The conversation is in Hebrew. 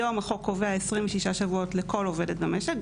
היום החוק קובע 26 שבועות לכל עובדת במשק,